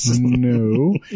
No